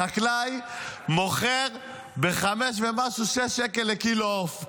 החקלאי מוכר ב-5 ומשהו, 6 שקלים לקילו עוף.